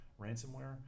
ransomware